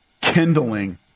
kindling